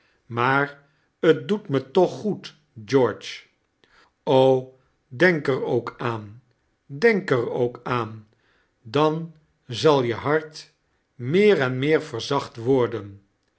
maar t doet me toch goed george o denfc er ook aan denk er ook aan dan zal je hart meer en meer vemzacht worden